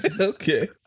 Okay